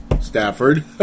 Stafford